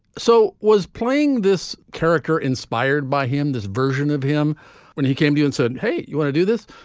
so was playing this character inspired by him. this version of him when he came to you and said hey you want to do this.